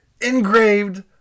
engraved